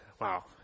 Wow